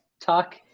talk